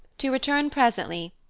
to return presently,